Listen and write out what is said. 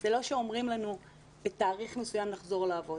זה לא שאומרים לנו שבתאריך מסוים נחזור לעבוד.